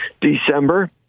December